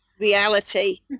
reality